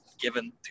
given